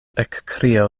ekkrio